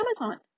Amazon